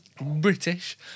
British